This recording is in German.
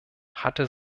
hatte